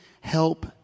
help